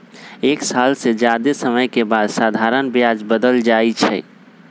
एक साल से जादे समय के बाद साधारण ब्याज बदल जाई छई